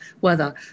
weather